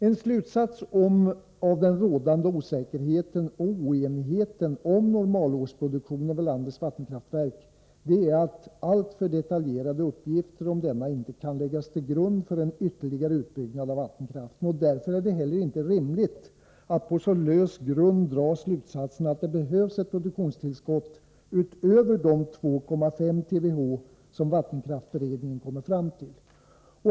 En slutsats av den rådande osäkerheten och oenigheten om normalårsproduktionen vid landets vattenkraftverk är att alltför detaljerade uppgifter om denna inte kan läggas till grund för en ytterligare utbyggnad av vattenkraften. Därför är det inte heller rimligt att på så lös grund dra slutsatsen, att det behövs ett produktionstillskott utöver de 2,5 TWh som vattenkraftsberedningen kommit fram till.